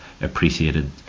appreciated